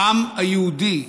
העם היהודי,